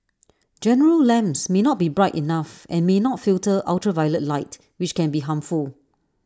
general lamps may not be bright enough and may not filter ultraviolet light which can be harmful